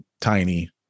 tiny